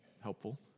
helpful